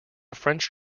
french